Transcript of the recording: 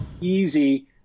easy